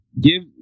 give